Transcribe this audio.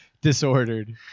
Disordered